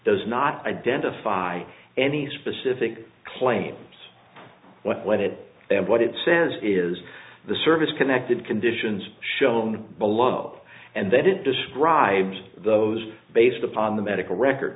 does not identify any specific claims when it and what it says is the service connected conditions shown below and that it describes those based upon the medical record